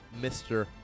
Mr